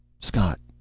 scott?